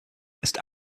ist